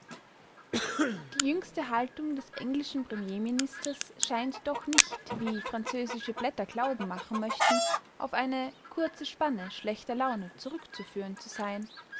die jüngste haltung des englischen premierministers scheint doch nicht wie französische blätter glauben machen möchten auf eine kurze spanne schlechter laune zurückzuführen zu sein